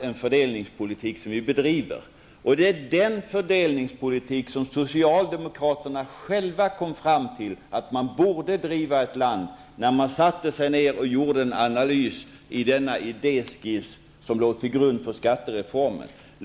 en fördelningspolitik som vi bedriver, och det är den fördelningspolitik som socialdemokraterna själva kom fram till att man borde driva i ett land när de satte sig ned och gjorde en analys i den idéskiss som låg till grund för skattereformen.